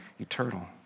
eternal